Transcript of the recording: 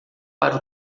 para